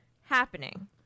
happening